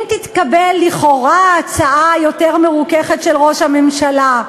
אם תתקבל לכאורה הצעה יותר מרוככת של ראש הממשלה,